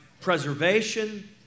preservation